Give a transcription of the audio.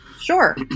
Sure